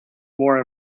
wore